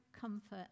comfort